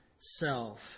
self